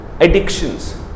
addictions